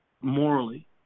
morally